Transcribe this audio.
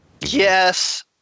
Yes